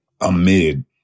amid